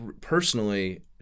personally